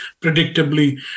Predictably